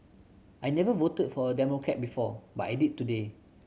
I never voted for a Democrat before but I did today